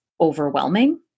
overwhelming